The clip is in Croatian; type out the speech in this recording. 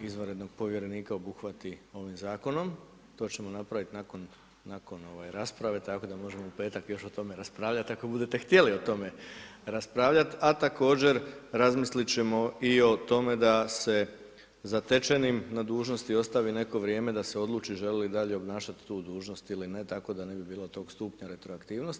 izvanrednog povjerenika obuhvati ovim zakonom, to ćemo napravit nakon rasprave, tako da možemo u petak još o tome raspravljat ako budete htjeli o tome raspravljat, a također razmislit ćemo i o tome da se zatečenim na dužnosti ostavi neko vrijeme da se odluči želi li dalje obnašat tu dužnost ili ne, tako da ne bi bilo tog stupnja retroaktivnosti.